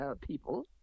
people